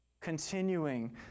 Continuing